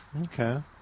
Okay